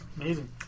Amazing